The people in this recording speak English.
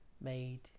made